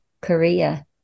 Korea